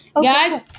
Guys